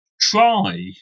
try